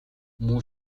муу